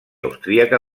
austríaca